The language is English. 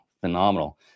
Phenomenal